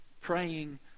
praying